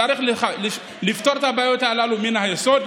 צריך לפתור את הבעיות הללו מן היסוד,